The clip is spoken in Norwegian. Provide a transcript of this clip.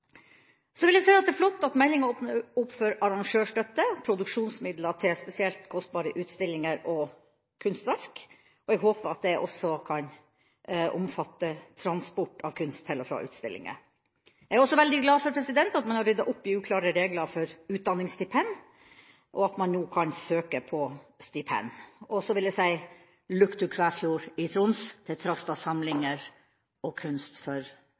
Så vil jeg si at det er flott at meldinga åpner opp for arrangørstøtte og produksjonsmidler til spesielt kostbare utstillinger og kunstverk, og jeg håper at dette også kan omfatte transport av kunst til og fra utstillinger. Jeg er også veldig glad for at man har ryddet opp i uklare regler for utdanningsstipend, og at man nå kan søke om stipend. Så vil jeg si: Look to Kvæfjord i Troms, til Trastad Samlinger og kunst